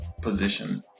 position